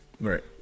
Right